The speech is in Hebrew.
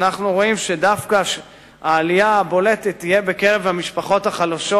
אנחנו רואים שהעלייה הבולטת תהיה דווקא בקרב המשפחות החלשות,